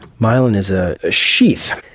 myelin is a ah sheath,